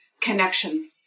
connection